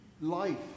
life